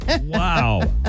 Wow